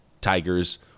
Tigers